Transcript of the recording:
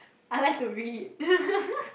I like to read